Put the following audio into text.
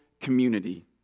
community